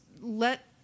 let